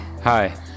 Hi